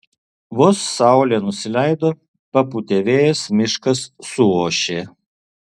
vos saulė nusileido papūtė vėjas miškas suošė